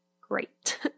great